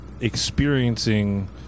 experiencing